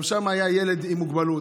גם שם היה ילד עם מוגבלות.